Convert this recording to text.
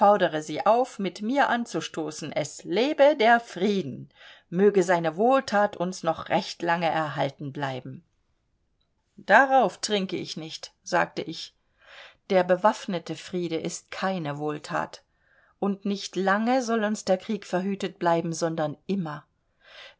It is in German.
sie auf mit mir anzustoßen es lebe der frieden möge seine wohlthat uns noch recht lange erhalten bleiben darauf trinke ich nicht sagte ich der bewaffnete friede ist keine wohlthat und nicht lange soll uns der krieg verhütet bleiben sondern immer